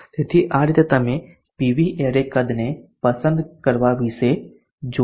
તેથી આ રીતે તમે પીવી એરે કદને પસંદ કરવા વિશે જોયું